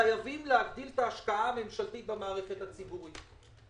שחייבים להגדיל את ההשקעה הממשלתית במערכת הציבורית.